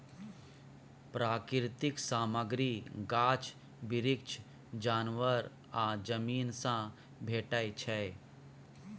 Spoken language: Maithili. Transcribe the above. प्राकृतिक सामग्री गाछ बिरीछ, जानबर आ जमीन सँ भेटै छै